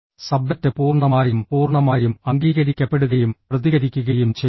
subject പൂർണ്ണമായും പൂർണ്ണമായും അംഗീകരിക്കപ്പെടുകയും പ്രതികരിക്കുകയും ചെയ്യുന്നു